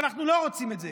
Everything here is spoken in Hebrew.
ואנחנו לא רוצים את זה.